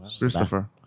Christopher